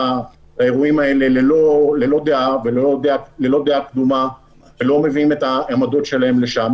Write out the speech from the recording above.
לאירועים האלה ללא דעה וללא דעה קדומה ולא מביאים את העמדות שלהם לשם,